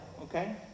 okay